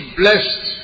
blessed